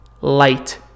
light